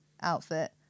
outfit